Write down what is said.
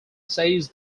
says